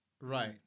Right